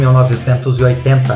1980